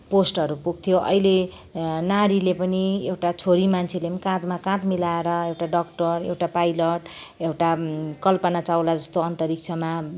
पोस्टहरू पुग्थ्यो अहिले नारीले पनि एउटा छोरी मान्छेले पनि काँधमा काँध मिलाएर एउटा डक्टर एउटा पाइलट एउटा कल्पना चावला जस्तो अन्तरिक्षमा